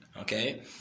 okay